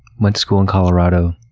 went to school in colorado.